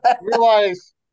Realize